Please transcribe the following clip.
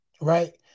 Right